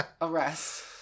arrest